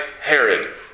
Herod